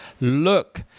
Look